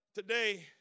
Today